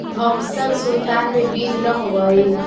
Thompson सुल्ताना में बीज न होवऽ हई